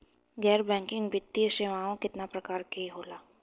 गैर बैंकिंग वित्तीय सेवाओं केतना प्रकार के होला?